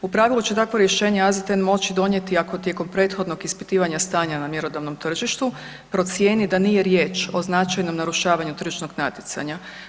U pravilu će takvo rješenje AZTN moći donijeti ako tijekom prethodnog ispitivanja stanja na mjerodavnom tržištu procijeni da nije riječ o značajnom narušavanju tržišnog natjecanja.